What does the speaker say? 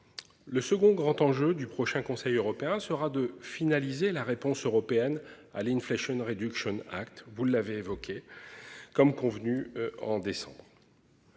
Le second grand enjeu du prochain conseil européen sera de finaliser la réponse européenne à la une flèche une réduction Act, vous l'avez évoqué, comme convenu en décembre.